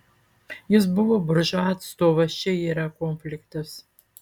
jis buvo buržua atstovas čia yra konfliktas